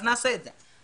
אז נעשה את זה.